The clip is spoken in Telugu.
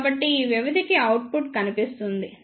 కాబట్టి ఈ వ్యవధికి అవుట్పుట్ కనిపిస్తుంది